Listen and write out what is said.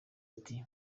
ati